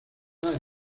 área